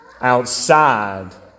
Outside